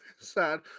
sad